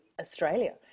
Australia